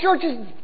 churches